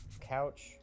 Couch